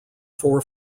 four